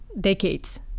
decades